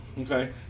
Okay